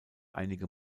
einige